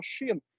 machine